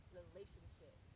relationship